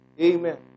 Amen